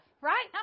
right